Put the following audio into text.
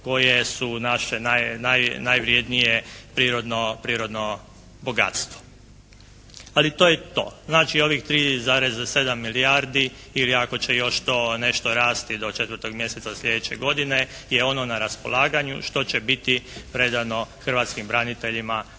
koje su naše najvrjednije prirodno bogatstvo. Ali to je to. Znači ovih 3,7 milijardi ili ako će još to nešto rasti do 4. mjeseca sljedeće godine je ono na raspolaganju što će biti predano hrvatskim braniteljima